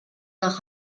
nach